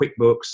QuickBooks